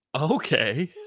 Okay